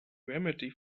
remedy